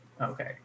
Okay